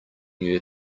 new